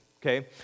okay